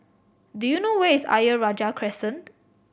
do you know where is Ayer Rajah Crescent